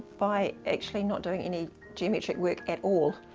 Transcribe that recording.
by actually not doing any geometric work at all.